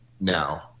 now